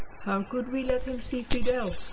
how could we let him see fidel,